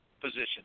position